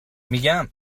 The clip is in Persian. میگم